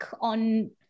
on